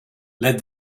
led